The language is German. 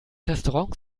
restaurants